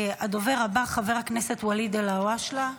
הדובר הבא, חבר הכנסת ואליד אלהואשלה,